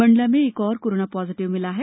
मंडला में एक और कोरोना पॉजिटिव मिला है